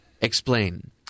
Explain